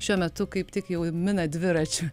šiuo metu kaip tik jau mina dviračiu